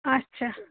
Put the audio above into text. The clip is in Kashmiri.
آچھا